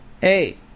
hey